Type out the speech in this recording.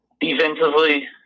defensively